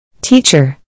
Teacher